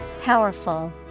Powerful